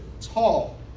tall